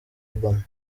obama